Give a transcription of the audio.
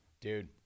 Dude